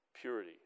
purity